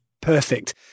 perfect